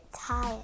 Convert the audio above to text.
tired